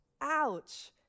Ouch